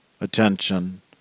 attention